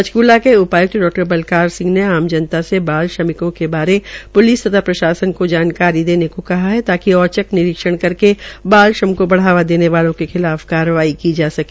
पंचकूला के उपायुक्त डा बलकार सिंह ने आम जनता से बाल श्रमिकों के बारे प्लिस तथा प्रशासन को जानकारी देने को कहा है ताकि औचक निरीक्षण करके बाल श्रम को बढ़ावा देने वालों के खिलाफ कार्रवाई की जा सके